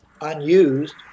unused